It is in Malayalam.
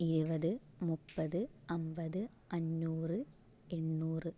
ഇരുപത് മുപ്പത് അമ്പത് അഞ്ഞൂറ് എണ്ണൂറ്